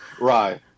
right